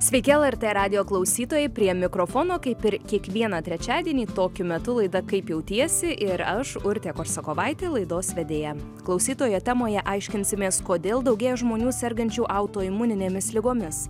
sveiki lrt radijo klausytojai prie mikrofono kaip ir kiekvieną trečiadienį tokiu metu laida kaip jautiesi ir aš urtė korsakovaitė laidos vedėja klausytojo temoje aiškinsimės kodėl daugėja žmonių sergančių autoimuninėmis ligomis